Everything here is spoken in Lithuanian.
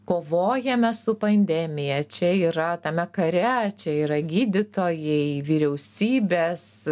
kovojame su pandemija čia yra tame kare čia yra gydytojai vyriausybės